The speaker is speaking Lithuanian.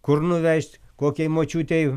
kur nuvežt kokiai močiutei